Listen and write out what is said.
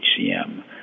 HCM